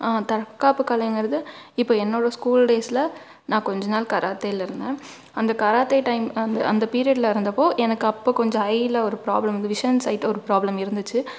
ஆ தற்காப்பு கலைங்கிறது இப்போ என்னோடய ஸ்கூல் டேஸ்ல நான் கொஞ்ச நாள் கராத்தேயில இருந்தேன் அந்த கராத்தே டைம் அந்த அந்த பீரியட்ல இருந்தப்போ எனக்கு அப்போ கொஞ்சம் ஐல ஒரு ப்ராப்ளம் வந்து விஷன்ஸ் ஸயிட்டை ஒரு ப்ராப்ளம் இருந்துச்சு